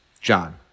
John